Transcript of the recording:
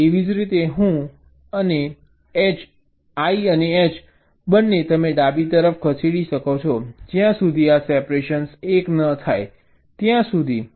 એવી જ રીતે હું અને એચ બંને તમે ડાબી તરફ જઈ શકો છો જ્યાં સુધી આ સેપરેશન 1 ન થાય ત્યાં સુધી